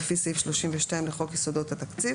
לפי סעיף 32 לחוק יסודות התקציב.